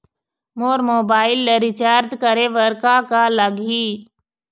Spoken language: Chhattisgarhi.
मोर मोबाइल ला रिचार्ज करे बर का का लगही?